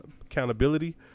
accountability